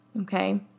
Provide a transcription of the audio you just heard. okay